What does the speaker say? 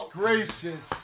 gracious